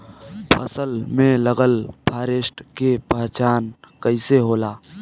फसल में लगल फारेस्ट के पहचान कइसे होला?